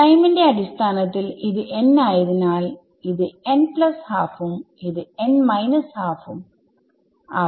ടൈമിന്റെ അടിസ്ഥാനത്തിൽ ഇത് n ആയതിനാൽ ഇത് n½ ഉം ഇത് n ½ ഉം ആവും